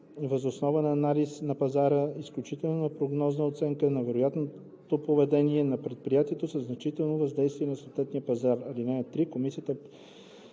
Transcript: въз основа на анализ на пазара, включително прогнозна оценка на вероятното поведение на предприятието със значително въздействие на съответен пазар.